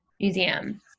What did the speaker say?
Museum